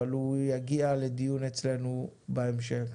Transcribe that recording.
אבל הוא יגיע לדיון אצלנו בהמשך.